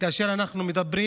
כאשר אנחנו מדברים